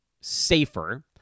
safer